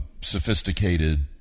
sophisticated